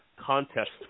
contest